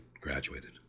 graduated